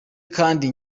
kandi